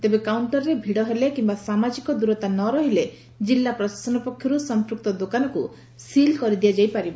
ତେବେ କାଉକ୍କର୍ରେ ଭିଡ଼ ହେଲେ କିମ୍ସା ସାମାଜିକ ଦୂରତା ନ ରହିଲେ ଜିଲ୍ଲା ପ୍ରଶାସନ ପକ୍ଷରୁ ସମ୍ମୃକ୍ତ ଦୋକାନକୁ ସିଲ୍ କରିଦିଆଯାଇପାରିବ